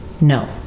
No